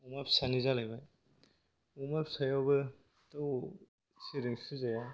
अमा फिसानि जालायबाय अमा फिसायावबोथ' सेरजों सुजाया